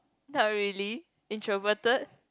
not really introverted